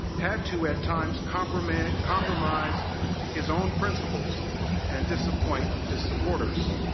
had to, at times, compromise compromise his own principles and disappoint his supporters.